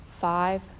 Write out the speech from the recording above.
five